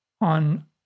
on